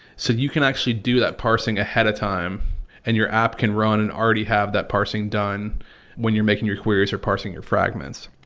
so, you can actually do that parsing ahead of time and your app can run and already have that parsing done when you're making your queries or parsing your fragments.